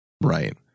Right